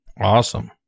Awesome